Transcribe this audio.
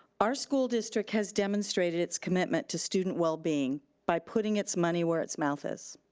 our school district has demonstrated its commitment to student well-being by putting its money where its mouth is.